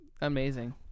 Amazing